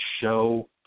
show